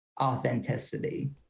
authenticity